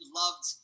loved